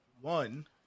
one